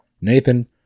Nathan